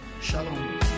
Shalom